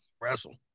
wrestle